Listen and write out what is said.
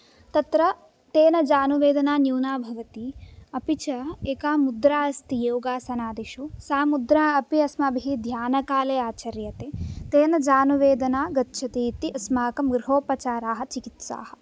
तत्र तेन जानुवेदना न्यूना भवति अपि च एका मुद्रा अस्ति योगासनादिषु सा मुद्रा अपि अस्माभिः ध्यानकाले आचर्यते तेन जानुवेदना गच्छति इति अस्माकं गृहोपचाराः चिकित्साः